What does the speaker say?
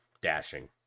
dashing